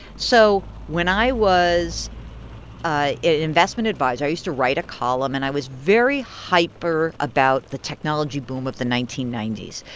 so when i was an investment adviser, i used to write a column. and i was very hyper about the technology boom of the nineteen ninety s.